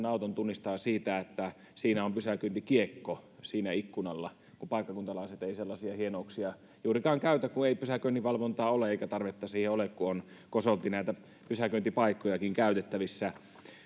auton tunnistaa siitä että siinä on pysäköintikiekko siinä ikkunalla kun paikkakuntalaiset eivät sellaisia hienouksia juurikaan käytä kun ei pysäköinninvalvontaa ole eikä tarvetta siihen ole kun on kosolti pysäköintipaikkojakin käytettävissä